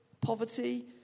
poverty